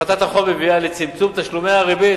הפחתת החוב מביאה לצמצום תשלומי הריבית,